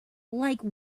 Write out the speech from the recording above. like